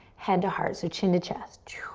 head to heart, so chin to chest.